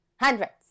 Hundreds